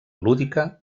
lúdica